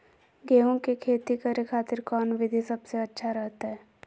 गेहूं के खेती करे खातिर कौन विधि सबसे अच्छा रहतय?